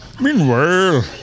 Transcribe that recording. Meanwhile